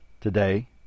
Today